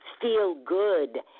feel-good